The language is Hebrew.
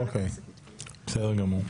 יש בעיה?